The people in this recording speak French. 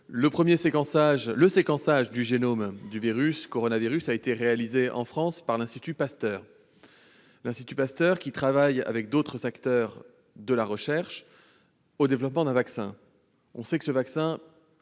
Le séquençage du génome du coronavirus a été réalisé en France par l'Institut Pasteur, qui travaille, avec d'autres acteurs de la recherche, au développement d'un vaccin. On le sait, ce vaccin